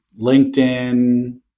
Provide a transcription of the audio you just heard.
LinkedIn